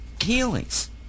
healings